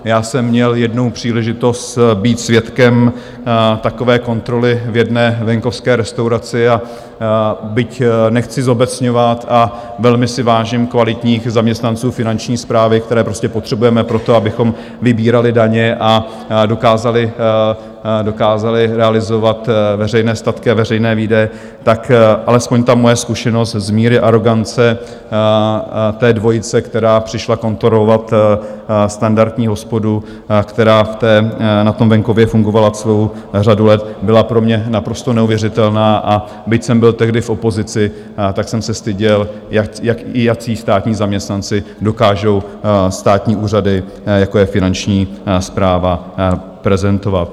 Já jsem měl jednu příležitost být svědkem takové kontroly v jedné venkovské restauraci, a byť nechci zobecňovat a velmi si vážím kvalitních zaměstnanců Finanční správy, které prostě potřebujeme pro to, abychom vybírali daně a dokázali realizovat veřejné statky a veřejné výdaje, tak alespoň ta moje zkušenost z míry arogance té dvojice, která přišla kontrolovat standardní hospodu, která na tom venkově fungovala celou řadu let, byla pro mě naprosto neuvěřitelná, a byť jsem byl tehdy v opozici, tak jsem se styděl, jací státní zaměstnanci dokážou státní úřady, jako je Finanční správa, prezentovat.